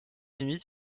inuits